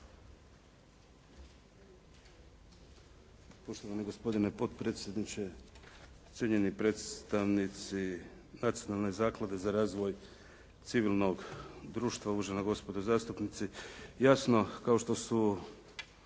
Poštovani gospodine potpredsjedniče, cijenjeni predstavnici Nacionalne zaklade za razvoj civilnog društva, uvažena gospodo zastupnici. Jasno, kao što su